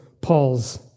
Paul's